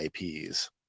IPs